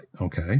Okay